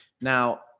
Now